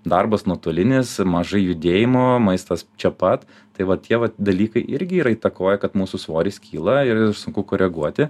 darbas nuotolinis mažai judėjimo maistas čia pat tai va tie vat dalykai irgi yra įtakoja kad mūsų svoris kyla ir sunku koreguoti